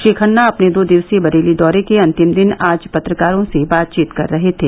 श्री खन्ना अपने दो दिवसीय बरेली दौरे के अंतिम दिन आज पत्रकारों से बातचीत कर रहे थे